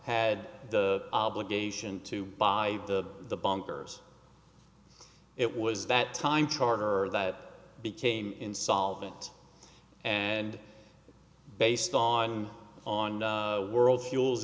had the obligation to buy the the bunkers it was that time charter that became insolvent and based on on world fuel